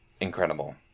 Incredible